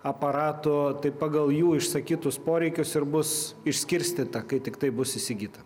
aparatų tai pagal jų išsakytus poreikius ir bus išskirstyta kai tiktai bus įsigyta